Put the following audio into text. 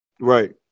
right